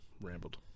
rambled